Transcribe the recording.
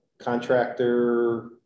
contractor